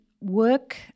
work